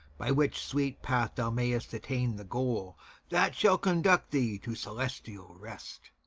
by which sweet path thou mayst attain the goal that shall conduct thee to celestial rest!